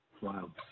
Wow